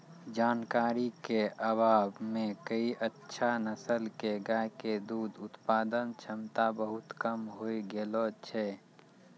जानकारी के अभाव मॅ कई अच्छा नस्ल के गाय के दूध उत्पादन क्षमता बहुत कम होय गेलो छै